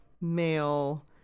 male